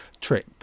trip